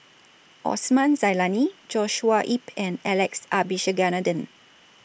Osman Zailani Joshua Ip and Alex Abisheganaden